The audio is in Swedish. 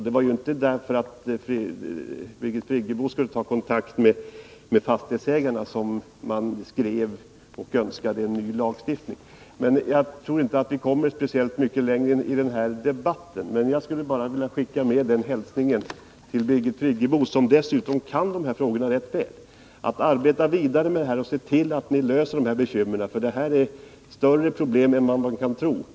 Det var inte därför att man önskade att Birgit Friggebo skulle ta kontakt med fastighetsägarna som man skrev och framförde önskemål om en ny lagstiftning. Jag tror inte att vi kommer speciellt mycket längre i denna debatt. Jag vill dock skicka med den hälsningen till Birgit Friggebo, som kan de här frågorna rätt väl, att hon arbetar vidare med dessa och ser till att få bekymren på detta område ur världen. Det gäller nämligen större problem än vad man kanske i förstone tror.